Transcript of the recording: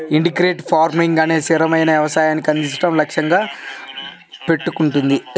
integrated farming అనేది స్థిరమైన వ్యవసాయాన్ని అందించడం లక్ష్యంగా పెట్టుకుంది